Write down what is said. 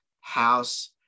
house